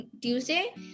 tuesday